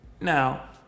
Now